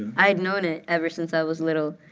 i've known it ever since i was little.